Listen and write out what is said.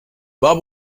bob